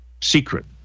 secret